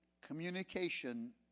Communication